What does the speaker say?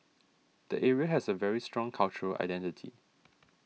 the area has a very strong cultural identity